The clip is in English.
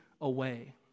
away